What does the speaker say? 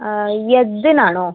യദ്ദിനാണൊ